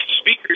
speakers